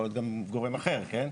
זה יכול להיות גם גורם אחר שמעוניין,